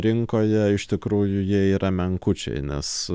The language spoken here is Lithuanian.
rinkoje iš tikrųjų jie yra menkučiai nes